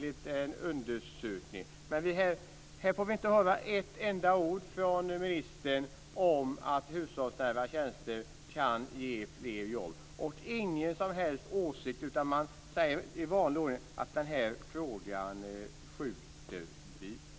Men här får vi inte höra ett enda ord från ministern om att hushållsnära tjänster kan ge fler jobb, och vi får inte höra någon som helst åsikt. Man säger i vanlig ordning att man skjuter på denna fråga.